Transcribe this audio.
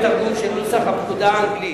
תרגום של נוסח הפקודה האנגלית.